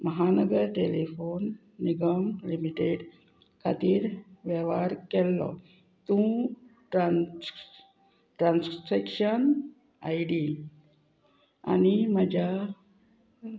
महानगर telephone Nigam limited खातीर वेव्हार केल्लो तूं ट्रान्स ट्रान्सॅक्शन आय डी आनी म्हज्या